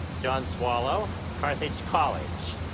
john swallow, carthage college.